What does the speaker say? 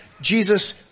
Jesus